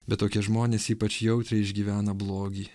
bet tokie žmonės ypač jautriai išgyvena blogį